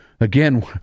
Again